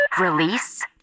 Release